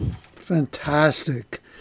Fantastic